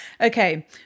Okay